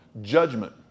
Judgment